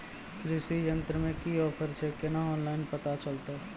कृषि यंत्र मे की ऑफर छै केना ऑनलाइन पता चलतै?